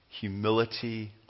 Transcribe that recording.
humility